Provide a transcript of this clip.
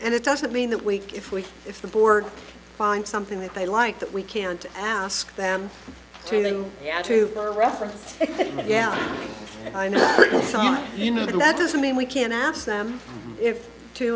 and it doesn't mean that week if we if the board find something that they like that we can't ask them yeah yeah i know you know that doesn't mean we can ask them